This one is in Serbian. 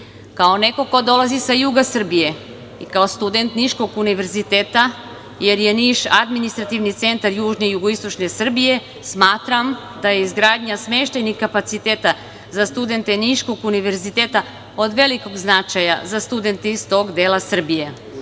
neko ko dolazi sa juga Srbije i kao student niškog Univerziteta, jer je Niš administrativni centar južne i jugoistočne Srbije, smatram da je izgradnja smeštajnih kapaciteta za studente niškog Univerziteta od velikog značaja za studente iz tog dela Srbije.